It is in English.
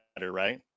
right